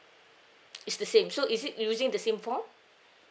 is the same so is it we using the same form